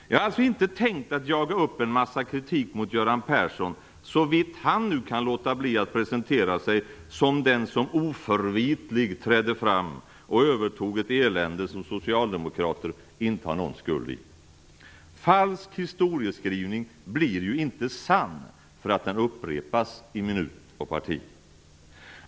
Jag har alltså inte tänkt att jaga upp en massa kritik mot Göran Persson, såvida han nu kan låta bli att presentera sig som den som oförvitlig trädde fram och övertog ett elände som Socialdemokraterna inte har någon skuld i. Falsk historieskrivning blir ju inte sann därför att den upprepas i parti och minut.